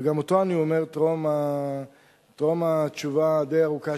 וגם אותו אני אומר טרום התשובה הדי-ארוכה